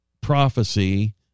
prophecy